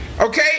okay